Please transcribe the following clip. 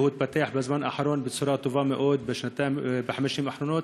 והתפתח בזמן האחרון בצורה טובה מאוד בחמש שנים האחרונות.